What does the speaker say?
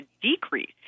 decrease